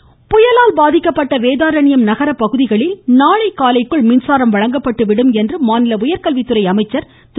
அன்பழகன் புயலால் பாதிக்கப்பட்ட வேதாரண்யம் நகரப் பகுதிகளில் நாளை காலைக்குள் மின்சாரம் வழங்கப்படும் என மாநில உயர்கல்வித்துறை அமைச்சர் திரு